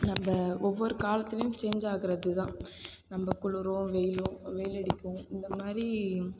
நம்ம ஒவ்வொரு காலத்துலேயும் சேஞ்ச் ஆகறதுதான் நம்ம குளிரோ வெயிலோ வெயில் அடிக்கும் இந்தமாதிரி